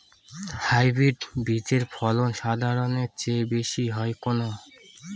Hybrid বীজের ফলন সাধারণের চেয়ে বেশী হয় কেনো?